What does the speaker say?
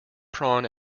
prawn